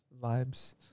vibes